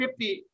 50